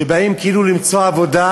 שבאים כאילו למצוא עבודה,